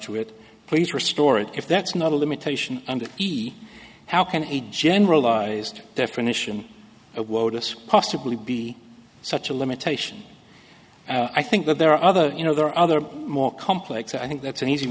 to it please restore it if that's not a limitation and easy how can a generalized definition of possibly be such a limitation i think that there are other you know there are other more complex i think that's an easy